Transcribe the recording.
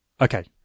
okay